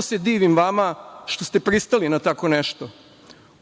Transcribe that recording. se divim vama što ste pristali na tako nešto